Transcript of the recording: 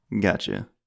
gotcha